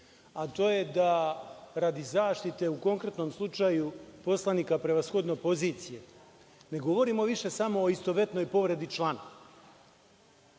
a to je da radi zaštite u konkretnom slučaju poslanika prevashodno pozicije ne govorimo više samo o istovetnoj povredi člana,